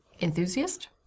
Enthusiast